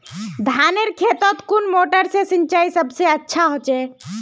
धानेर खेतोत कुन मोटर से सिंचाई सबसे अच्छा होचए?